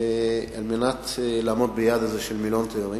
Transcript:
על מנת לעמוד ביעד הזה של מיליון תיירים.